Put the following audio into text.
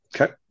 Okay